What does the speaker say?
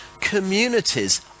communities